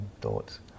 thoughts